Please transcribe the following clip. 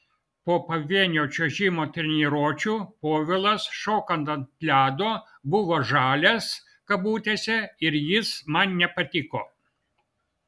po pavienio čiuožimo treniruočių povilas šokant ant ledo buvo žalias ir jis man nepatiko